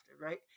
right